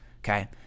okay